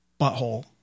butthole